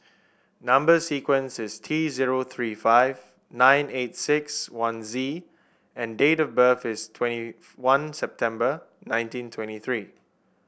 number sequence is T zero three five nine eight six one Z and date of birth is twenty one September nineteen twenty three